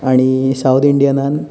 आनी सावथ इंडियनान